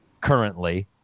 Currently